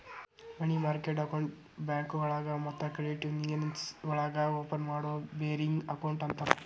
ಮನಿ market ಅಕೌಂಟ್ನ ಬ್ಯಾಂಕೋಳಗ ಮತ್ತ ಕ್ರೆಡಿಟ್ ಯೂನಿಯನ್ಸ್ ಒಳಗ ಓಪನ್ ಮಾಡೋ ಬೇರಿಂಗ್ ಅಕೌಂಟ್ ಅಂತರ